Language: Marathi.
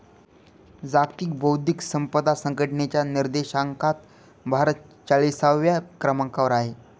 जागतिक बौद्धिक संपदा संघटनेच्या निर्देशांकात भारत चाळीसव्या क्रमांकावर आहे